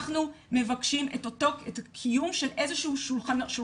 אנחנו מבקשים את קיום של איזה שהוא שולחנות